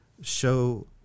show